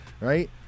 right